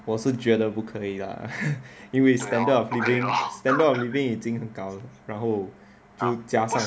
我是觉得不可以啦 因为 standard of living standard of living 已经很高了然后就加上